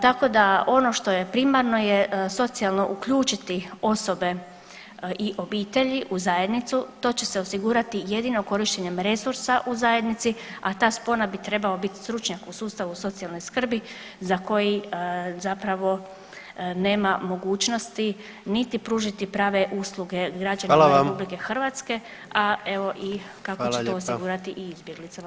Tako da ono što je primarno je socijalno uključiti osobe i obitelji u zajednicu, to će se osigurati jedino korištenjem resursa u zajednici, a ta spona bi trebao biti stručnjak u sustavu socijalne skrbi za koji zapravo nema mogućnosti niti pružiti prave usluge [[Upadica predsjednik: Hvala vam.]] građanima RH, a evo kako ćete osigurati [[Upadica predsjednik: Hvala lijepa.]] izbjeglicama.